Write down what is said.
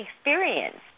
experienced